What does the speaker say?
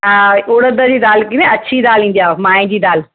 हा उड़द जी दाल कीअं अछी दाल ईंदी आहे माए जी दाल